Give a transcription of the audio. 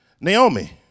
Naomi